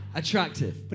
attractive